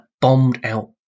bombed-out